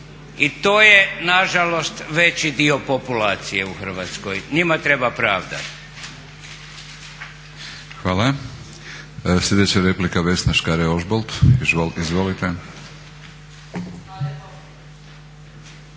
I to je na žalost veći dio populacije u Hrvatskoj. Njima treba pravda. **Batinić, Milorad (HNS)** Hvala. Sljedeća replika, Vesna Škare-Ožbolt. Izvolite.